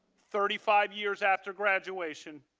thirty five years after graduation,